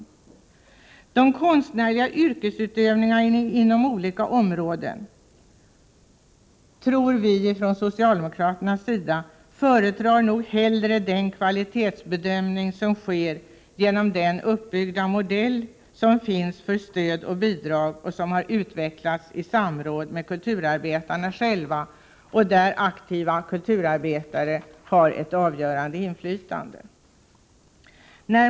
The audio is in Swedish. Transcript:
Vi socialdemokrater tror att de konstnärliga yrkesutövarna inom olika områden nog hellre föredrar den kvalitetsbedömning som sker genom den modell som finns uppbyggd för stöd och bidrag och som utvecklats i samråd med kulturarbetarna själva, varvid aktiva kulturarbetare har ett avgörande inflytande.